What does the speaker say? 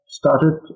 started